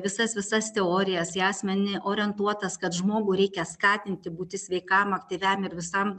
visas visas teorijas į asmenį orientuotas kad žmogų reikia skatinti būti sveikam aktyviam ir visam